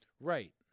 Right